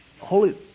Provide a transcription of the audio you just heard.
Holy